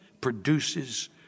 produces